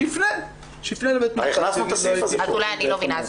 שיפנה לבית משפט --- אז אולי אני לא מבינה.